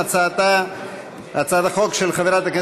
ההצעה להעביר את הצעת חוק הביטוח הלאומי (תיקון,